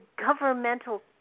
governmental –